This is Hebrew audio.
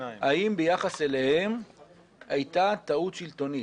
האם ביחס אליהם הייתה טעות שלטונית,